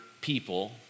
people